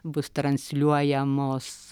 bus transliuojamos